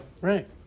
right